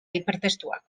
hipertestuak